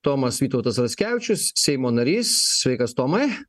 tomas vytautas raskevičius seimo narys sveikas tomai